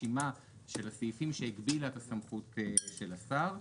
רשימה של הסעיפים שהגבילה את הסמכות של השר".